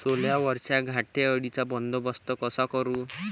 सोल्यावरच्या घाटे अळीचा बंदोबस्त कसा करू?